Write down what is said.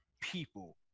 people